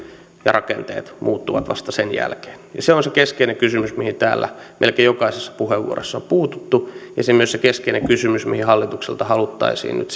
ja rakenteet muuttuvat vasta sen jälkeen se on se keskeinen kysymys mihin täällä melkein jokaisessa puheenvuorossa on puututtu ja myös se keskeinen kysymys mihin hallitukselta haluttaisiin nyt